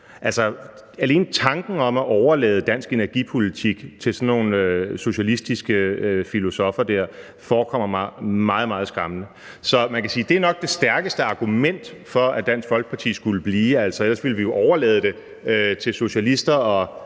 Altså, alene tanken om at overlade dansk energipolitik til sådan nogle socialistiske filosoffer forekommer mig meget, meget skræmmende. Så man kan sige, at det nok er det stærkeste argument for, at Dansk Folkeparti skulle blive. Ellers ville vi jo overlade det til socialister –